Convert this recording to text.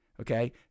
Okay